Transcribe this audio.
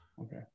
Okay